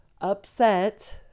upset